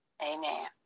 Amen